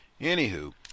Anywho